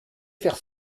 faire